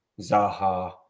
Zaha